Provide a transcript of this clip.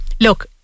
look